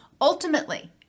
Ultimately